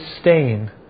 stain